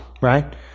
right